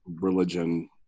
religion